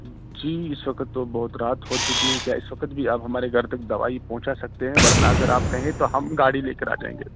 جی اس وقت تو بہت رات ہو چکی ہے کیا اس وقت بھی آپ ہمارے گھر تک دوائی پہنچا سکتے ہیں ورنہ اگر آپ کہیں تو ہم گاڑی لے کر آ جائیں گے